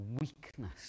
weakness